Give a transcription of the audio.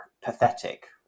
pathetic